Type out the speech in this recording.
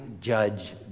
judge